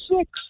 six